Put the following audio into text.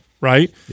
right